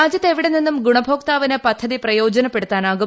രാജ്വത്ത് എവിടെനിന്നും ഗുണഭോക്താവിന് പദ്ധതി പ്രയോജനപ്പെടുത്താനാവും